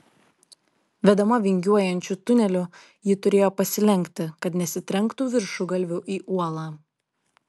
vedama vingiuojančiu tuneliu ji turėjo pasilenkti kad nesitrenktų viršugalviu į uolą